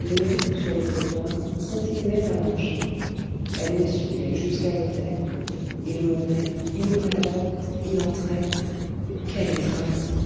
léon sur le trottoir continuait à marcher elle le suivait jusqu'à l'hôtel il montait il ouvrait la porte il entrait quelle étreinte